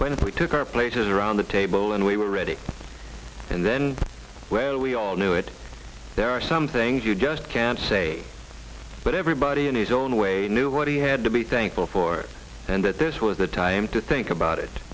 our places around the table and we were ready and then where we all knew it there are some things you just can't say but everybody in his own way knew what he had to be thankful for and that this was the time to think about it